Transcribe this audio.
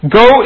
go